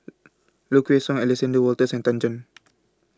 Low Kway Song Alexander Wolters and Tan Chan